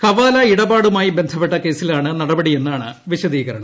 ഹവാല ഇടപാടുമായി ബന്ധപ്പെട്ട കേസിലാണ് നടപടിയെന്നാണ് വിശദീകരണം